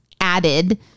added